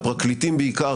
הפרקליטים בעיקר,